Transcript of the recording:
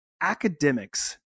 academics